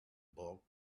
bulk